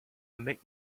make